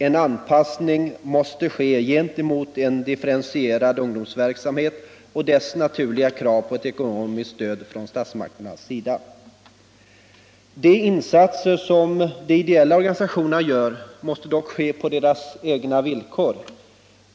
En anpassning måste ske gentemot en differentierad ungdomsverksamhet och dess naturliga krav på ett ekonomiskt stöd från statsmakternas sida. De insatser som de ideella organisationerna gör måste dock ske på deras egna villkor.